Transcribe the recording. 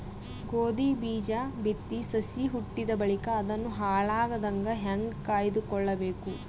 ಗೋಧಿ ಬೀಜ ಬಿತ್ತಿ ಸಸಿ ಹುಟ್ಟಿದ ಬಳಿಕ ಅದನ್ನು ಹಾಳಾಗದಂಗ ಹೇಂಗ ಕಾಯ್ದುಕೊಳಬೇಕು?